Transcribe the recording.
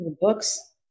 Books